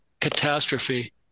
catastrophe